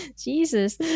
Jesus